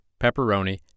pepperoni